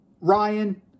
Ryan